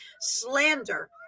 slander